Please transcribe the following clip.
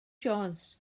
jones